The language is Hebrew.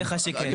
אני עונה לך שכן.